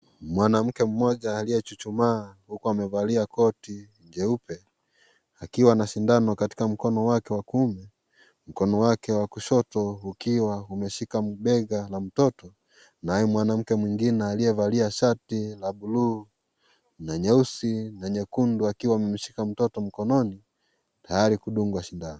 Mwanamke mmoja aliyechuchumaa huku amevalia koti jeupe, akiwa na sindano katika mkono wake wa kuume, mkono wake wa kushoto ukiwa umeshika bega la mtoto. Naye mwanamke mwingine aliyevalia shati la bluu, na nyeusi, na nyekundu akiwa amemshika mtoto mkononi, tayari kudungwa shindano.